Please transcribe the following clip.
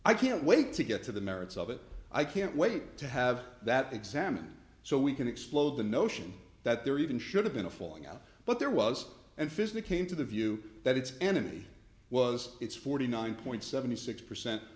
i can't wait to get to the merits of it i can't wait to have that examined so we can explode the notion that there even should have been a falling out but there was and physically came to the view that its enemy was its forty nine point seven six percent